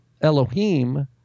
Elohim